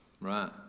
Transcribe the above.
right